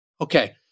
Okay